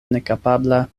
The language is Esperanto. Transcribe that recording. nekapabla